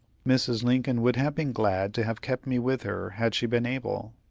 mrs. lincoln would have been glad to have kept me with her had she been able.